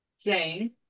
Zane